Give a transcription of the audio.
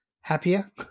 happier